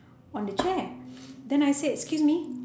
on the chair then I said excuse me